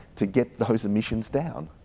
to get those emissions down.